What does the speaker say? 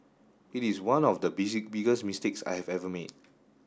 it is one of the busy biggest mistakes I have ever made